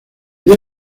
día